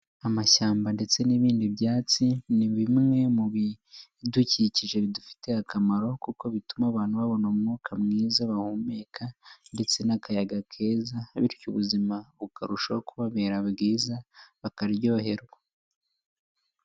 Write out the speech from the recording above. Amashyamba ndetse n'ibindi byatsi ni bimwe mu bidukikije bidufitiye akamaro kuko bituma abantu babona umwuka mwiza bahumeka ndetse n'akayaga keza bityo ubuzima bukarushaho kubabera bwiza bakaryoherwa.